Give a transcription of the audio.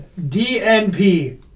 DNP